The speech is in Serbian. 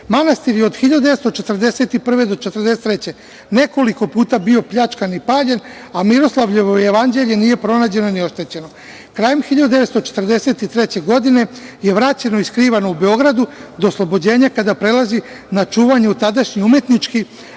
Manastir je od 1941. godine do 1943. godine nekoliko puta bio pljačkan i paljen, a Miroslavljevo jevanđelje nije pronađeno ni oštećeno. Krajem 1943. godine je vraćeno i skrivano u Beogradu do oslobođenja, kada prelazi na čuvanje u tadašnji umetnički,